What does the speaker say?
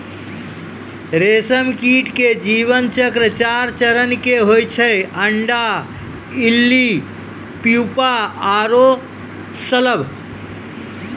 रेशम कीट के जीवन चक्र चार चरण के होय छै अंडा, इल्ली, प्यूपा आरो शलभ